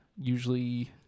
usually